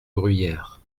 bruyères